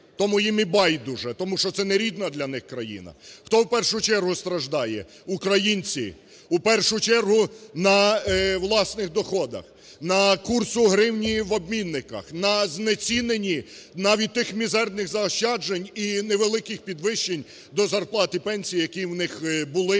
Тому їм і байдуже, тому що це нерідна для них країна. Хто в першу чергу страждає? Українці, в першу чергу, на власних доходах, на курсу гривні в обмінниках, на знеціненні навіть тих мізерних заощаджень і невеликих підвищень до зарплат і пенсій, які у них були